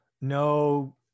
no